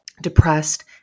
depressed